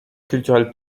culturel